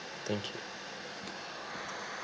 thank you